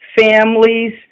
families